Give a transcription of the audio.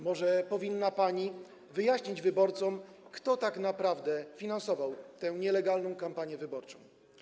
Może powinna pani wyjaśnić wyborcom, kto tak naprawdę finansował tę nielegalną kampanię wyborczą.